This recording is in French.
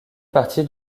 partie